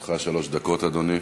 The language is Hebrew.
לרשותך שלוש דקות, אדוני.